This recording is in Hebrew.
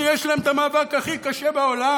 שיש להם את המאבק הכי קשה בעולם,